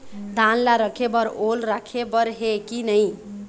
धान ला रखे बर ओल राखे बर हे कि नई?